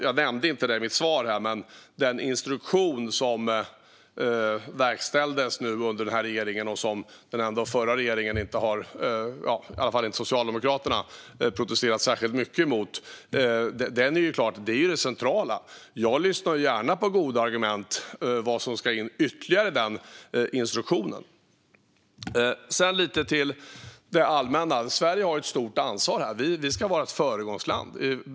Jag nämnde det inte i mitt svar, men den instruktion som har verkställts under denna regering och som den förra regeringen, i alla fall inte Socialdemokraterna, inte protesterade särskilt mycket emot är central. Jag lyssnar gärna på goda argument när det gäller vad som ytterligare ska in i den instruktionen. Sedan ska jag säga något om det allmänna. Sverige har ett stort ansvar här. Vi ska vara ett föregångsland.